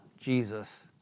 Jesus